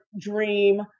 dream